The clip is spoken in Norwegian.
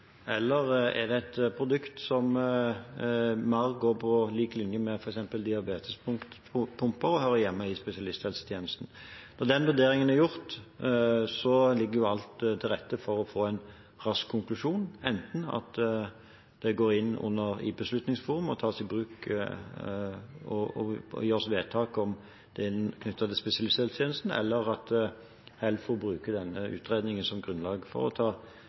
eller er det et produkt som er mer på linje med f.eks. diabetespumper, og da hører hjemme i spesialisthelsetjenesten? Når den vurderingen er gjort, ligger alt til rette for å få en rask konklusjon – enten at det går til Beslutningsforum, og at det gjøres vedtak om det knyttet til spesialisthelsetjenesten, eller at HELFO bruker denne utredningen som grunnlag for å ta